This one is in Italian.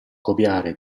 copiare